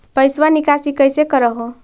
पैसवा निकासी कैसे कर हो?